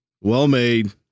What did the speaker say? well-made